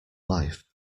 life